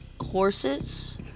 horses